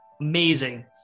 amazing